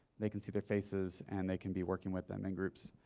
they can see their faces and they can be working with them in groups.